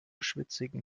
schwitzigen